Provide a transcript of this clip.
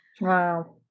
wow